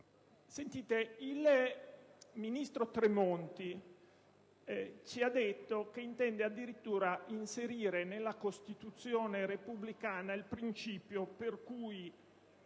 Presidente, il ministro Tremonti ci ha detto che intende inserire nella Costituzione repubblicana il principio per cui